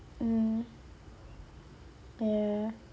mm ya